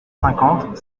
cinquante